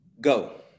Go